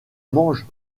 mange